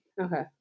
Okay